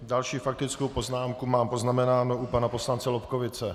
Další faktickou poznámku mám poznamenanou u pana poslance Lobkowicze.